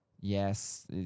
Yes